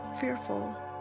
fearful